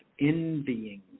envyings